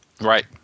Right